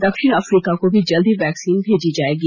दक्षिण अफ्रीका को भी जल्द ही वैक्सीन भेजी जाएगी